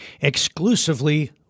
exclusively